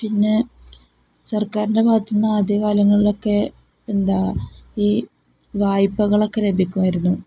പിന്നെ സർക്കാരിൻ്റെ ഭാഗത്ത് നിന്ന് ആദ്യകാലങ്ങളിലൊക്കെ എന്താണ് ഈ വായ്പകളൊക്കെ ലഭിക്കുമായിരുന്നു